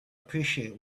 appreciate